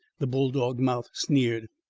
the bulldog mouth sneered.